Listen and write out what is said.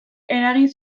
eragin